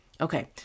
Okay